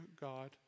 God